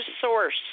source